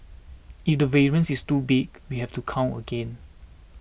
if the variance is too big we have to count again